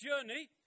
journey